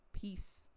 Peace